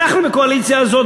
אנחנו בקואליציה הזאת,